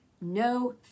No